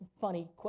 funny